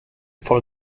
for